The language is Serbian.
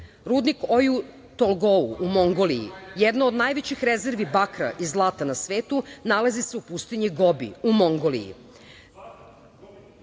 „Oju tolgou“ u Mongoliji, jedna od najvećih rezervi bakra i zlata na svetu nalazi se u pustinji Gobi u Mongoliji.